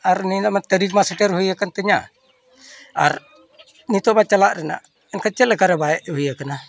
ᱟᱨ ᱱᱤᱱᱟᱹᱜ ᱢᱟ ᱛᱟᱹᱨᱤᱠᱷ ᱢᱟ ᱥᱮᱴᱮᱨ ᱦᱩᱭ ᱟᱠᱟᱱ ᱛᱤᱧᱟᱹ ᱟᱨ ᱱᱤᱛᱚᱜ ᱢᱟ ᱪᱟᱞᱟᱜ ᱨᱮᱱᱟᱜ ᱮᱱᱠᱷᱟᱱ ᱪᱮᱫ ᱞᱮᱠᱟᱨᱮ ᱵᱟᱭ ᱦᱩᱭ ᱠᱟᱱᱟ